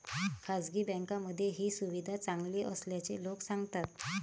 खासगी बँकांमध्ये ही सुविधा चांगली असल्याचे लोक सांगतात